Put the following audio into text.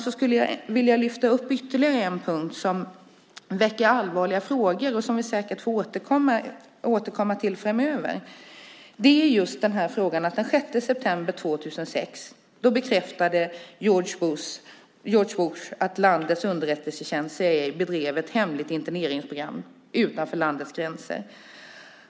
Jag skulle vilja lyfta fram ytterligare en punkt som väcker allvarliga frågor och som vi säkert får anledning att återkomma till framöver. Den 6 september 2006 bekräftade George Bush att landets underrättelsetjänst CIA bedrev ett hemligt interneringsprogram utanför landets gränser.